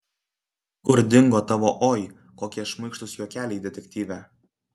kur dingo tavo oi kokie šmaikštūs juokeliai detektyve